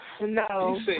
No